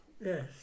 Yes